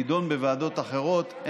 יתחיל להידון בוועדות אחרות,